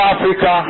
Africa